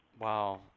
wow